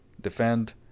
defend